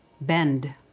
Bend